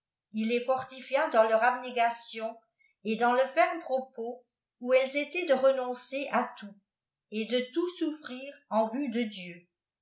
il les forlifii ns leur abnégation et dans le ferme propos oi elles étaient de renoncer à tout et de tout sonffrir en vue de dieu